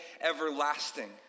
everlasting